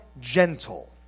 gentle